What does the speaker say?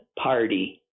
Party